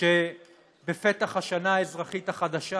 שבפתח השנה האזרחית החדשה